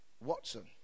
Watson